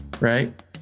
right